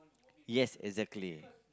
yes exactly